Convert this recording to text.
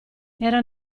era